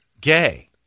gay